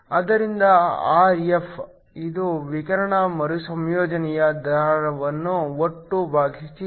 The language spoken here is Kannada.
ಆದ್ದರಿಂದ Rr ಇದು ವಿಕಿರಣ ಮರುಸಂಯೋಜನೆಯ ದರವನ್ನು ಒಟ್ಟು ಭಾಗಿಸಿ